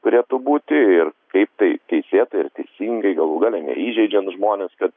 turėtų būti ir kaip tai teisėta ir teisingai galų gale neįžeidžiant žmones kad